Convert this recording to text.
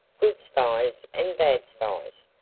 good spies and bad spies.